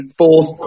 fourth